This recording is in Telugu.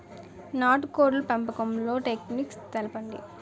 నాటుకోడ్ల పెంపకంలో టెక్నిక్స్ తెలుపండి?